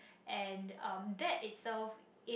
and um that itself is